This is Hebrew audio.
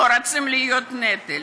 לא רוצים להיות נטל.